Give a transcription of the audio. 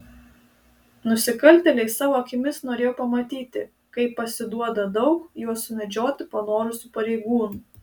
nusikaltėliai savo akimis norėjo pamatyti kaip pasiduoda daug juos sumedžioti panorusių pareigūnų